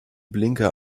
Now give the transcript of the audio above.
blinker